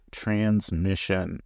transmission